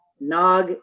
nog